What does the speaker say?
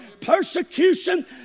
persecution